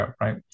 right